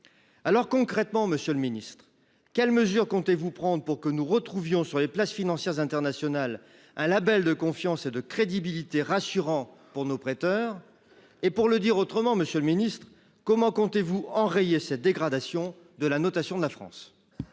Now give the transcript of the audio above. Alors concrètement, Monsieur le Ministre, quelles mesures comptez-vous prendre pour que nous retrouvions sur les places financières internationales. Un Label de confiance et de crédibilité rassurant pour nos prêteurs. Et pour le dire autrement, Monsieur le Ministre, comment comptez-vous enrayer cette dégradation de la notation de la France.